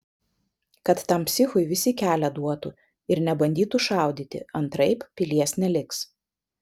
kad tam psichui visi kelią duotų ir nebandytų šaudyti antraip pilies neliks